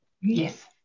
yes